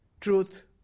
truth